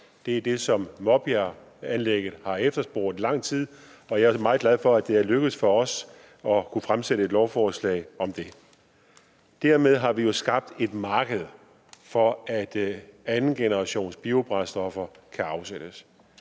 Det er det, som Maabjerganlægget har efterspurgt i lang tid, og jeg er meget glad for, at det er lykkedes for os at kunne fremsætte et lovforslag om det. Dermed har vi jo skabt et marked for, at andengenerationsbiobrændstoffer kan afsættes.